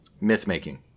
myth-making